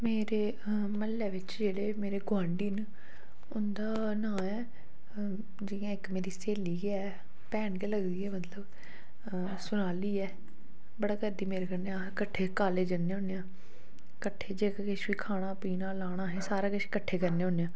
मेरे म्हल्लै बिच्च जेह्ड़े मेरे गोआंढी न उं'दा नांऽ ऐ जि'यां इक मेरी स्हेली गै ऐ भैन गै लगदी ऐ मतलब सोनाली ऐ बड़ा करदी मेरे कन्नै अस कट्ठे कालेज जन्ने होन्ने आं कट्ठे जेह्का किश बी खाना पीना लाना असें सारा किश कट्ठे करने होन्ने आं